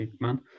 man